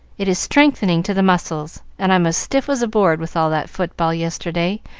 it is strengthening to the muscles, and i'm as stiff as a board with all that football yesterday,